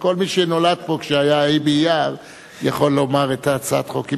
כל מי שנולד פה כשהיה ה' באייר יכול לומר את הצעת החוק,